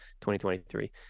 2023